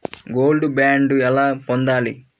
Gold bond ఎలా పొందాలి?